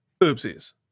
Oopsies